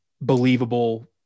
believable